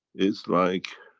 it's like.